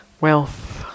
wealth